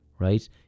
Right